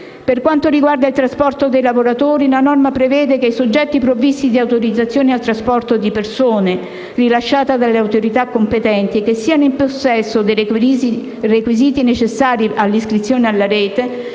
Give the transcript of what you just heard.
Per quanto riguarda il trasporto dei lavoratori, la norma prevede che i soggetti provvisti di autorizzazione al trasporto di persone, rilasciata dalle autorità competenti, e in possesso dei requisiti necessari all'iscrizione alla Rete,